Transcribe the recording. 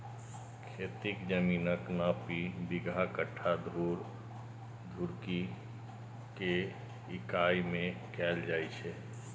खेतीक जमीनक नापी बिगहा, कट्ठा, धूर, धुड़की के इकाइ मे कैल जाए छै